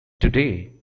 today